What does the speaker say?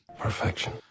Perfection